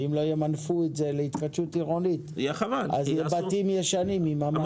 אם לא ימנפו את זה להתחדשות עירונית אז יהיו בתים ישנים עם ממ"ד.